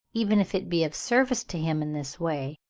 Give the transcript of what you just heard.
even if it be of service to him in this way,